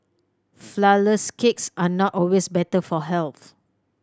flourless cakes are not always better for health